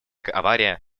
авария